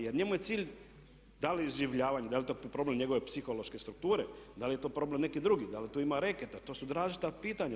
Jer njemu je cilj, da li iživljavanje, da li je to problem njegove psihološke strukture, da li je to problem neki drugi, da li tu ima reketa, to su različita pitanja.